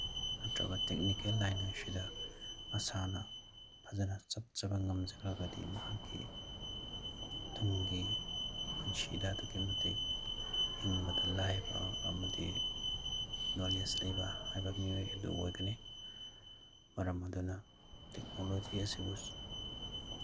ꯅꯠꯇ꯭ꯔꯒ technical line ꯑꯁꯤꯗ ꯃꯁꯥꯅ ꯐꯖꯅ ꯆꯠꯆꯕ ꯉꯝꯖꯔꯒꯗꯤ ꯃꯍꯥꯛꯀꯤ ꯇꯨꯡꯒꯤ ꯄꯨꯟꯁꯤꯗ ꯑꯗꯨꯛꯀꯤ ꯃꯇꯤꯛ ꯍꯤꯡꯕꯗ ꯂꯥꯏꯕ ꯑꯃꯗꯤ ꯅꯣꯂꯦꯖ ꯂꯩꯕ ꯍꯥꯏꯕ ꯃꯤꯑꯣꯏ ꯑꯗꯨ ꯑꯣꯏꯒꯅꯤ ꯃꯔꯝ ꯑꯗꯨꯅ ꯇꯦꯛꯅꯣꯂꯣꯖꯤ ꯑꯁꯤꯕꯨ